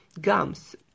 gums